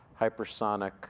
hypersonic